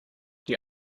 die